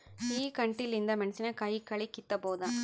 ಈ ಕಂಟಿಲಿಂದ ಮೆಣಸಿನಕಾಯಿ ಕಳಿ ಕಿತ್ತಬೋದ?